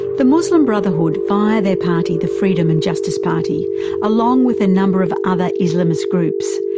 the muslim brotherhood via their party the freedom and justice party along with a number of other islamist groups,